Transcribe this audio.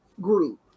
group